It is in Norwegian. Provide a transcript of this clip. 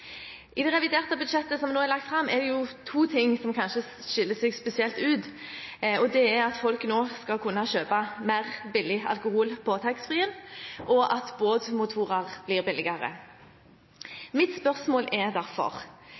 I det reviderte budsjettet, som er lagt fram, er det to ting som kanskje skiller seg spesielt ut. Det er at folk nå skal kunne kjøpe mer billig alkohol på taxfree-butikken, og at båtmotorer blir billigere. Mine spørsmål er derfor: